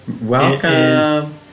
welcome